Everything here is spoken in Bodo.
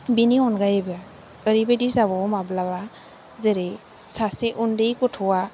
बिनि अनगायैबो ओरैबायदि जाबावो माब्लाबा जेरै सासे उन्दै गथ'आ